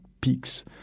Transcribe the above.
peaks